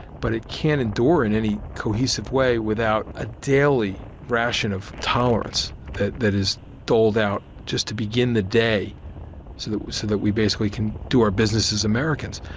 but it can't endure in any cohesive way without a daily ration of tolerance that that is doled out just to begin the day so that we so we basically can do our business as americans.